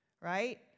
right